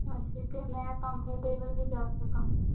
ਅ ਠੀਕ ਹੈ ਅਤੇ ਮੈਂ ਕੰਫ਼ਰਟੇਬਲ ਵੀ ਜਾ ਸਕਾਂ